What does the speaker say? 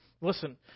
Listen